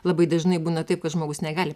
labai dažnai būna taip kad žmogus negali